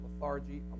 lethargy